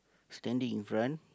standing in front